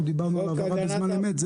אנחנו דיברנו על העברה בזמן אמת.